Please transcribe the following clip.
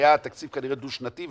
היה תקציב כנראה דו-שנתי.